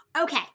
Okay